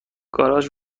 گاراژ